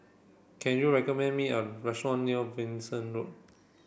can you recommend me a restaurant near Venus Road